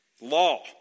law